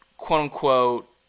quote-unquote